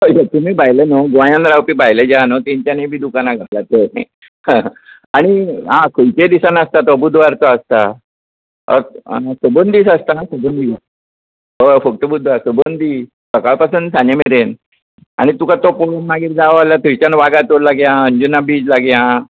हय हय तुमी भायले न्हू गोंयांत रावपी भायले जे आहा न्हू तेंच्यांनी बी दुकानां घातल्यांत हय हय आनी खंयच्याय दिसा नासता तो बुधवाराचो आसता सबंद दीस आसता सबंद दीस हय सकाळ पासून सांजे मेरेन आनी तुका तो पळोवून मागीर जाय जाल्यार थंयच्यान वागातोर लागीं आहा अंजुना बीच लागीं आहा